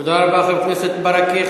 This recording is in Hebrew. תודה רבה, חבר הכנסת ברכה.